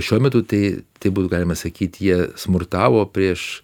šiuo metu tai būtų galima sakyt jie smurtavo prieš